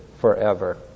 forever